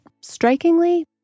strikingly